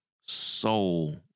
soul